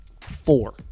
Four